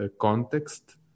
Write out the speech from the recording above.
context